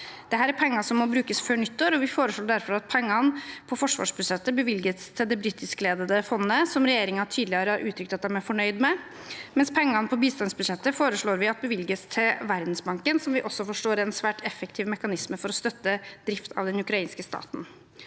Dette er penger som må brukes før nyttår. Vi foreslår derfor at pengene på forsvarsbudsjettet bevilges til det britiskledede fondet, som regjeringen tidligere har uttrykt at de er fornøyd med, mens vi foreslår at pengene på bistandsbudsjettet bevilges til Verdensbanken, som vi også forstår er en svært effektiv mekanisme for å støtte drift av den ukrainske staten.